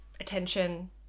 attention